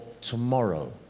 tomorrow